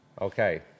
Okay